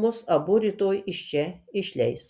mus abu rytoj iš čia išleis